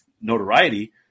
notoriety